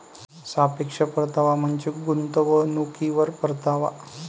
सापेक्ष परतावा म्हणजे गुंतवणुकीवर परतावा